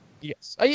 Yes